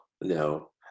no